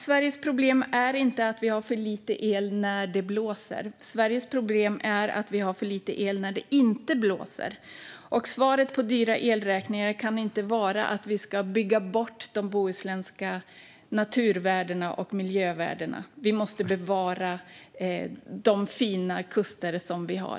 Sveriges problem är inte att vi har för lite el när det blåser. Sveriges problem är att vi har för lite el när det inte blåser. Svaret på dyra elräkningar kan inte vara att vi ska bygga bort de bohuslänska naturvärdena och miljövärdena. Vi måste bevara de fina kuster vi har.